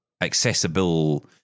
accessible